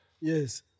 Yes